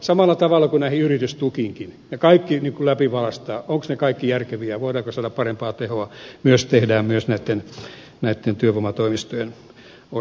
samalla tavalla kuin näihin yritystukiinkin ne kaikki läpivalaistaan ovatko ne kaikki järkeviä voidaanko saada parempaa tehoa myös tehdään näitten työvoimatoimistojen osalta